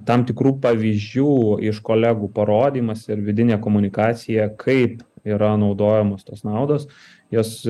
pavyzdžių iš kolegų parodymas ir vidinė komunikacija kaip yra naudojamos tos naudos jos